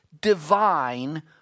divine